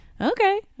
okay